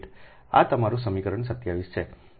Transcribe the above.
આ તમારું સમીકરણ 27 છે